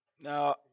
Now